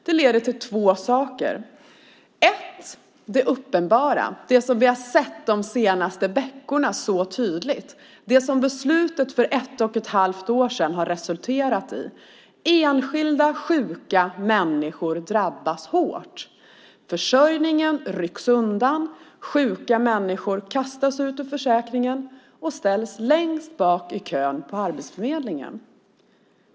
Det leder till två saker, först och främst det uppenbara som vi har sett de senaste veckorna och som beslutet för ett och ett halvt år sedan har resulterat i, nämligen att enskilda sjuka människor drabbas hårt. Försörjningen rycks undan, sjuka människor kastas ut ur försäkringen och ställs längst bak i kön på Arbetsförmedlingen.